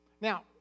Now